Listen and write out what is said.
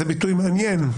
זה ביטוי מעניין.